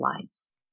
lives